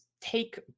take